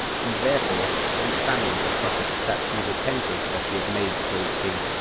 he therefore told samuel the prophet, that he repented that he had made saul king,